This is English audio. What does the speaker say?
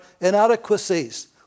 inadequacies